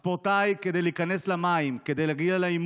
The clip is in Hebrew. הספורטאי, כדי להיכנס למים,